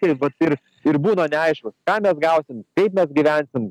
tai vat ir ir būdavo neaiškus ką mes gausim kaip mes gyvensim